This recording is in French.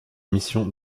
mission